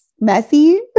messy